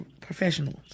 professionals